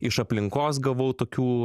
iš aplinkos gavau tokių